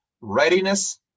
readiness